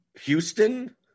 Houston